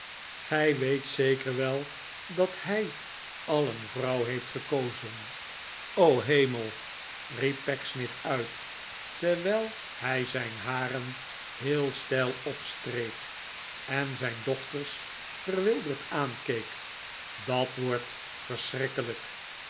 gij weet zeker wel dat hij al een vrouw heeft gekozen t o hemel riep pecksniff uit terwijl hij zijn haren heel steil opstreek en zijn dochters verwilderd aankeek dat wordt verschrikkelijk